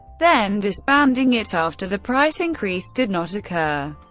then disbanding it after the price increase did not occur.